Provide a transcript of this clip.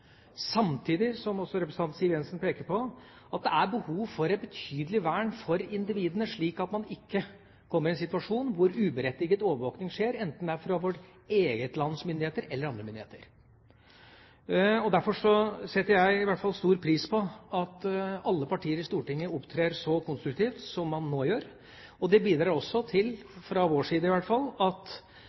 Samtidig, som representanten Siv Jensen også peker på, er det et behov for et betydelig vern for individene, slik at man ikke kommer i en situasjon hvor uberettiget overvåkning skjer, enten det er fra vårt eget lands myndigheter eller andre myndigheter. Derfor setter i hvert fall jeg stor pris på at alle partier i Stortinget opptrer så konstruktivt som de nå gjør. Det bidrar også til at vi, fra vår side i hvert fall,